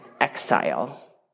exile